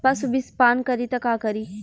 पशु विषपान करी त का करी?